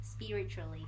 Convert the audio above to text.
spiritually